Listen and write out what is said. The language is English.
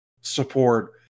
support